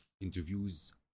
interviews